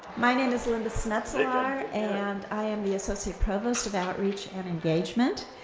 my name is linda snetselaar, and i am the associate provost of outreach and engagement,